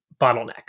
bottleneck